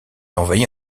envahie